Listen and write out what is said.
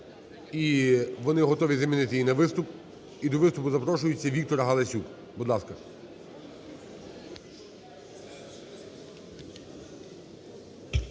і вони готові замінити її на виступ. І до виступу запрошується Віктор Галасюк, будь ласка.